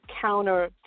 counter